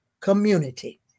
community